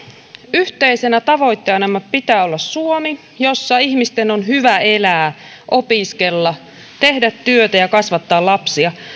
yhteisenä tavoitteenamme pitää olla suomi jossa ihmisten on hyvä elää opiskella tehdä työtä ja kasvattaa lapsia